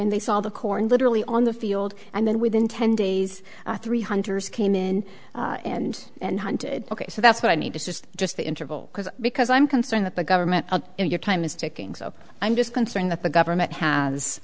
in they saw the corn literally on the field and then within ten days three hunters came in and and hunted ok so that's what i need to just just the interval because because i'm concerned that the government of your time is ticking so i'm just concerned that the government has